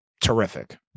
terrific